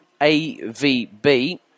AVB